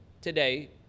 today